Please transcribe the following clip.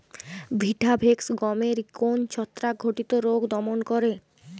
Vitavax গমের কোন ছত্রাক ঘটিত রোগ দমন করে?